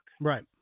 Right